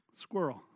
Squirrel